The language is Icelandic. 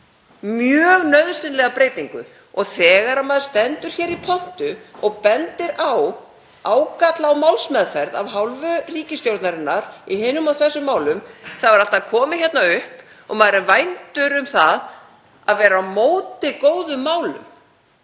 mjög nauðsynleg breyting. Og þegar maður stendur hér í pontu og bendir á ágalla á málsmeðferð af hálfu ríkisstjórnarinnar í hinum og þessum málum er alltaf komið hérna upp og maður er vændur um það að vera á móti góðum málum.